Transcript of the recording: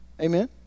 Amen